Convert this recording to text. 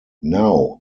now